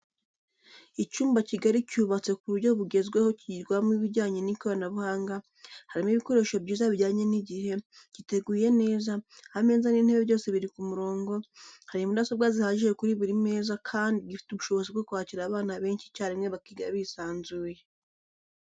Icyumba kigari cyubatse ku buryo bwugezweho kigirwamo ibijyanye n'ikoranabuhanga, harimo ibikoresho byiza bijyanye n'igihe, giteguye neza, ameza n'intebe byose biri ku murongo, hari mudasobwa zihagije kuri buri meza kandi gifite ubushobozi bwo kwakira abana benshi icyarimwe bakiga bisanzuye.